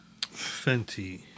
Fenty